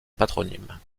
patronyme